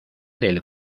del